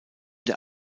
der